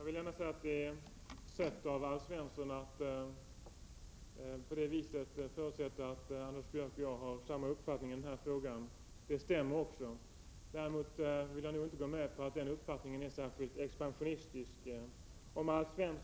Herr talman! Alf Svenssons förmodan att Anders Björck och jag har samma uppfattning i denna fråga stämmer. Däremot vill jag inte gå med på att den uppfattningen är särskilt expansionistisk.